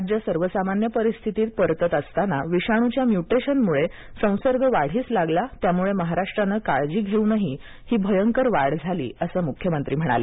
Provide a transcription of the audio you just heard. राज्य सर्वसामान्य परिस्थितीत परतत असताना विषाणूच्या म्युटेशनमुळे संसर्ग वाढीस लागला त्यामुळे महाराष्ट्राने काळजी घेऊनही ही भयंकर वाढ झाली असं मुख्यमंत्री म्हणाले